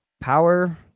power